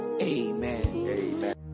Amen